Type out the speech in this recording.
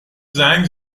زنگ